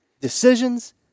decisions